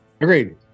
Agreed